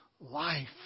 life